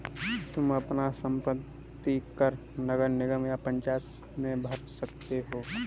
तुम अपना संपत्ति कर नगर निगम या पंचायत में भर सकते हो